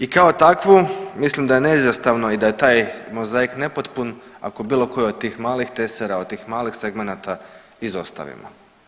I kao takvu mislim da je i neizostavno i da je taj mozaik nepotpun ako bilo koji od tih malih tesara od tih malih segmenata izostavimo.